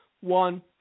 one